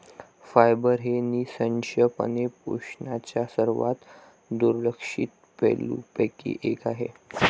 fibre हे निःसंशयपणे पोषणाच्या सर्वात दुर्लक्षित पैलूंपैकी एक आहे